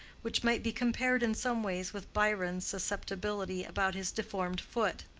which might be compared in some ways with byron's susceptibility about his deformed foot.